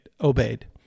Obeyed